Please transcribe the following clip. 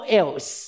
else